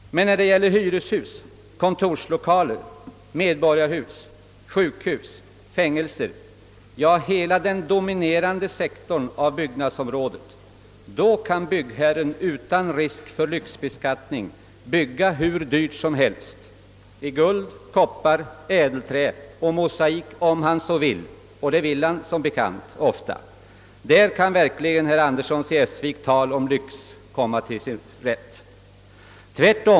Men när det gäller hyreshus, kontorslokaler, medborgarhus, sjukhus och fängelser, ja hela den dominerande sektorn av byggnadsområdet kan byggherren utan risk för lyxbeskattning bygga hur dyrt som helst, i guld, koppar, ädelträ och mosaik, om han så vill. Och det vill han som bekant ofta. Där kan herr Anderssons i Essvik tal om lyx vara tillämpligt.